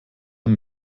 ein